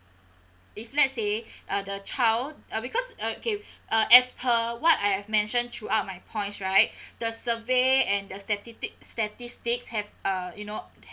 if let's say uh the child uh because uh okay uh as per what I have mentioned throughout my points right the survey and the statistic statistics have uh you know